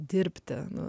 dirbti nu